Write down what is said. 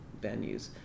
venues